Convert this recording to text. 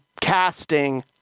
casting